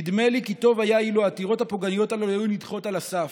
נדמה לי כי טוב היה אילו העתירות הפוגעניות הללו היו נדחות על הסף.